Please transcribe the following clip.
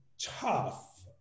tough